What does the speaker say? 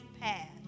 path